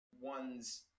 ones